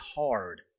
hard